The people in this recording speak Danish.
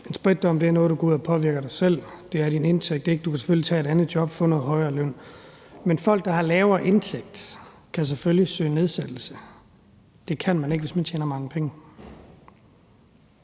En spritdom er noget, du går ud og påvirker af dig selv. Det er din indtægt i ikke. Du kan selvfølgelig tage et andet job og få en højere løn. Men folk, der har lavere indtægt, kan selvfølgelig søge nedsættelse. Det kan man ikke, hvis man tjener mange penge.